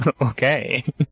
okay